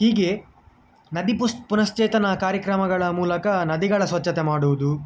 ಹೀಗೆ ನದಿ ಪುಸ್ ಪುನಶ್ಚೇತನ ಕಾರ್ಯಕ್ರಮಗಳ ಮೂಲಕ ನದಿಗಳ ಸ್ವಚ್ಛತೆ ಮಾಡುವುದು